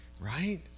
right